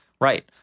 right